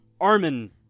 Armin